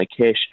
cash